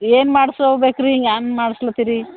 ಏನು ಮಾಡ್ಸಿ ಹೋಗ್ಬೇಕ್ ರೀ ಏನ್ ಮಾಡಸ್ಲತ್ತಿರಿ